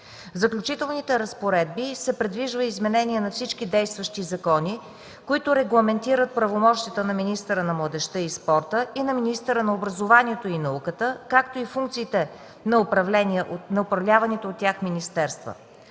В Заключителните разпоредби се предвижда изменение на всички действащи закони, които регламентират правомощията на министъра на младежта и спорта и на министъра на образованието и науката, както и функциите на управляваните от тях министерства.